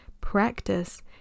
practice